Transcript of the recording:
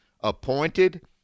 appointed